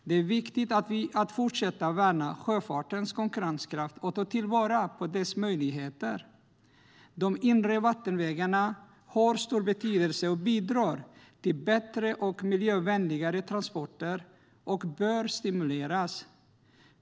Det är viktigt att fortsätta värna sjöfartens konkurrenskraft och ta vara på dess möjligheter. De inre vattenvägarna har stor betydelse och bidrar till bättre och miljövänligare transporter och bör stimuleras.